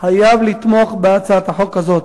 חייב לתמוך בהצעת החוק הזאת.